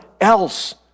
else